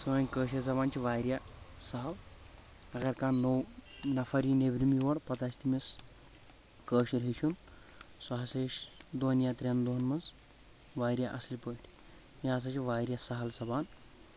سٲنۍ کٲشِر زبان چھِ واریاہ سہل اگر کانٛہہ نوٚو نفر یی نیٚبرِم یور پتہٕ آسہِ تٔمِس کٲشُر ہیٚچھُن سُہ ہسا ہیٚچھِ دۄن یا ترٛٮ۪ن دۄہن منٛز واریاہ اصلۍ پٲٹھۍ یہ ہسا چھِ واریاہ سہل زبان